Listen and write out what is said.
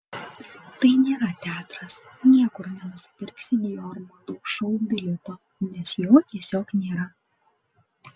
tai nėra teatras niekur nenusipirksi dior madų šou bilieto nes jo tiesiog nėra